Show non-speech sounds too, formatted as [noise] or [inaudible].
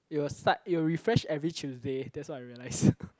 it will start it will refresh every Tuesday that's what I realize [laughs]